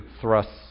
thrusts